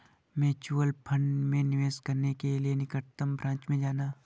mutual fund में निवेश करने के लिए निकटतम ब्रांच में जाना